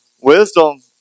wisdom